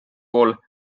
pool